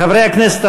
חברי הכנסת,